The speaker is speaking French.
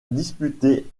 disputé